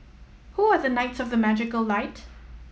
who are the knights of the magical light